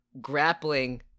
grappling